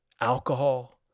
alcohol